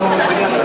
בושה,